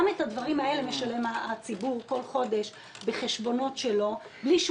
גם את הדברים האלה משלם הציבור בכל חודש בחשבונות שלו בלי שהוא